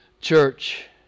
church